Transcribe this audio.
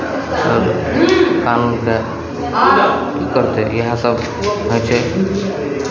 तब कानूनके की करतै इएह सभ होइ छै